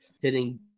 hitting